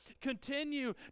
continue